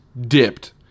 dipped